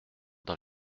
dans